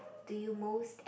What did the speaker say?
do you most